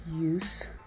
use